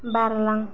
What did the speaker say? बारलां